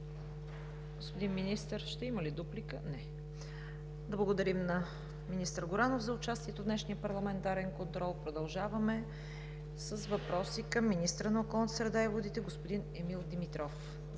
Господин Министър, ще има ли дуплика? Не. Благодарим на министър Горанов за участието му в днешния парламентарен контрол. Продължаваме с въпроси към министъра на околната среда и водите господин Емил Димитров.